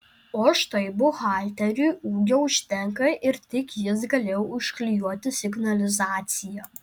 o štai buhalteriui ūgio užtenka ir tik jis galėjo užklijuoti signalizaciją